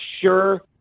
sure